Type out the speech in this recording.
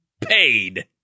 Paid